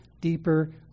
deeper